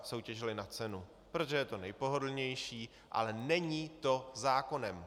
Soutěžili na cenu, protože je to nejpohodlnější, ale není to zákonem.